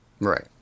Right